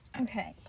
Okay